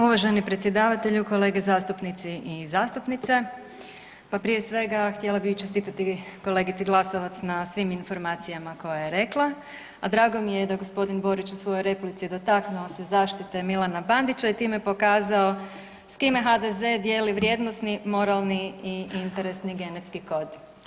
Uvaženi predsjedavatelju, kolege zastupnici i zastupnice pa prije svega htjela bi čestitati kolegici Glasovac na svim informacijama koje je rekla, a drago mi je da gospodin Borić u svojoj replici dotaknuo se zaštite Milana Bandića i time pokazao s kime HDZ dijeli vrijednosni, moralni i interesni genetski kod.